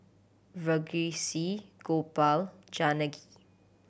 Verghese Gopal Janaki